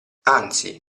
anzi